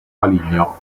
maligno